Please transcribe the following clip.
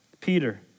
Peter